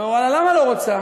אני אומר: ואללה, למה לא רוצה?